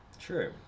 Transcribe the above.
true